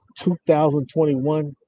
2021